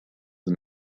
and